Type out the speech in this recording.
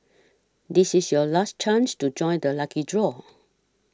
this is your last chance to join the lucky draw